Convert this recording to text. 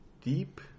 deep